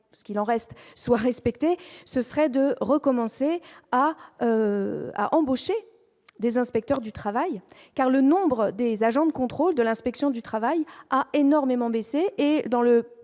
ce qu'il en reste soit respecté, ce serait de recommencer à embaucher des inspecteurs du travail, car le nombre des agents de contrôle de l'inspection du travail a énormément baissé, et dans le